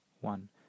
one